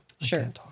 Sure